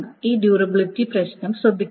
ഈ ഡ്യൂറബിലിറ്റി പ്രശ്നം ശ്രദ്ധിക്കണം